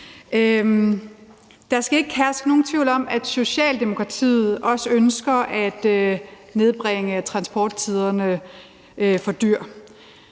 Der skal ikke herske nogen tvivl om, at Socialdemokratiet også ønsker at nedbringe transporttiderne for dyr,